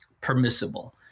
permissible